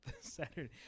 Saturday